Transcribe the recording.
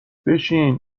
بشین